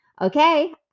Okay